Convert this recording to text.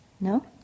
No